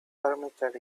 permitted